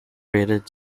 rated